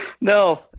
no